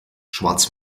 schwarz